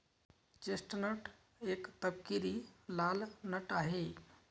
chestnut एक तपकिरी लाल नट आहे